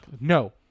No